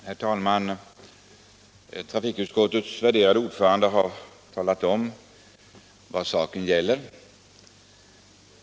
Herr talman! Trafikutskottets värderade ordförande har talat om vad saken gäller.